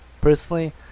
personally